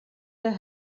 der